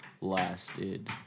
lasted